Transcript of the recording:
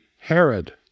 Herod